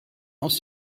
aus